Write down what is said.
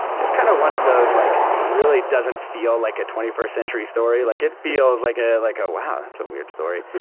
just kind of one of those, like, really doesn't feel like a twenty first century story. like it feels like ah like a, wow, that's a weird story.